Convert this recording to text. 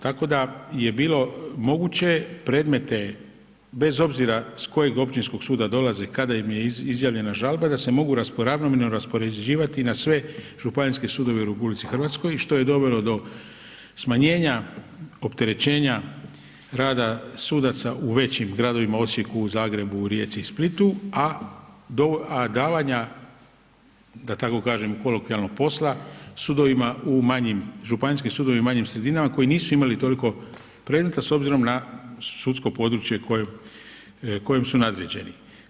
Tako da je bilo moguće predmete bez obzira s kojeg općinskog suda dolaze, kada im je izjavljena žalba da se mogu ravnomjerno raspoređivati na sve županijske sudove u RH što je dovelo do smanjenja opterećenja rada sudaca u većim gradovima Osijeku, Zagreb, Rijeci i Splitu, a davanja da tako kažem kolokvijalno posla sudovima u manjim, županijskim sudovima u manjim sredinama koji nisu imali toliko predmeta s obzirom na sudsko područje kojem su nadređeni.